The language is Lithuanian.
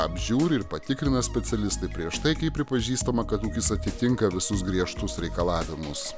apžiūri ir patikrina specialistai prieš tai kai pripažįstama kad ūkis atitinka visus griežtus reikalavimus